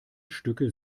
stücke